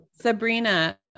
Sabrina